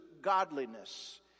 godliness